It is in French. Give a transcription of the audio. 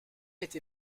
été